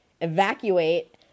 evacuate